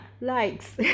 likes